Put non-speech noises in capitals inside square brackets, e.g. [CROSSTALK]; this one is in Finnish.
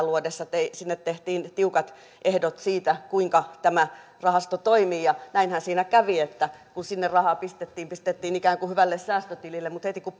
[UNINTELLIGIBLE] luodessa sinne tehtiin tiukat ehdot siitä kuinka tämä rahasto toimii ja näinhän siinä kävi että kun sinne rahaa pistettiin niin pistettiin ikään kuin hyvälle säästötilille mutta heti kun [UNINTELLIGIBLE]